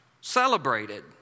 Celebrated